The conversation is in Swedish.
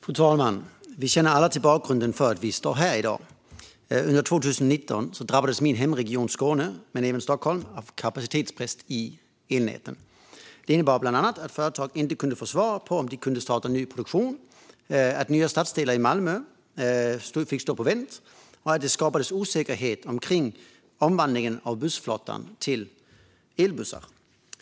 Fru talman! Vi känner alla till bakgrunden till att vi står här i dag. Under 2019 drabbades min hemregion Skåne, men även Stockholm, av kapacitetsbrist i elnäten. Det innebar bland annat att företag inte kunde få svar på om de kunde starta ny produktion, att nya stadsdelar i Malmö fick stå på vänt och att det skapades osäkerhet kring omvandlingen av bussflottan till elbussar.